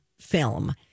film